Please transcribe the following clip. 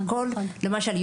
למשל,